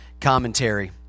commentary